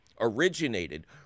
originated